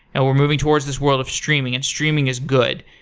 and we're moving towards this world of streaming, and streaming is good.